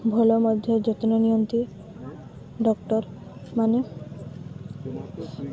ଭଲ ମଧ୍ୟ ଯତ୍ନ ନିଅନ୍ତି ଡକ୍ଟରମାନେ